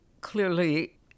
clearly